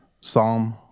Psalm